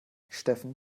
steffen